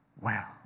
Wow